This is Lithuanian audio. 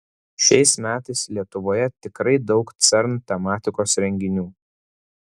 šiais metais lietuvoje tikrai daug cern tematikos renginių